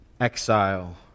exile